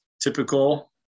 Typical